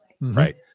right